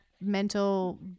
mental